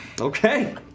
Okay